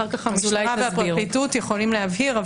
אחר כך בפרקליטות יכולים להבהיר.